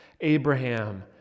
Abraham